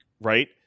right